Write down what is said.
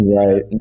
Right